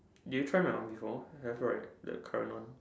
did you try my one before have right the current one